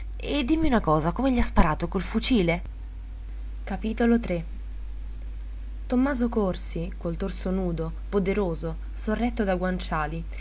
e dimmi una cosa come gli ha sparato col fucile tommaso corsi col torso nudo poderoso sorretto da guanciali